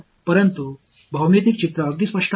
ஆனால் வடிவியல் படம் மிகவும் தெளிவாக உள்ளது